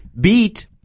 beat